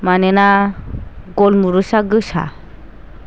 मानोना गल मुरिसा गोसा